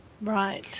right